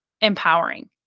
empowering